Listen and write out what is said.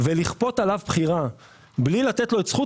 ולכפות עליו בחירה בלי לתת לו את זכות